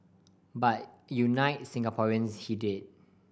but unite Singaporeans he did